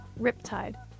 Riptide